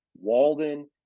walden